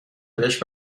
بهش